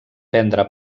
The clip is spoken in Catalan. prendre